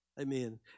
Amen